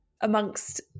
amongst